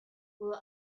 will